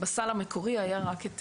בסל המקורי היה רק את